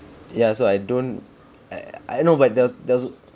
ya so I don't I know but the there's there's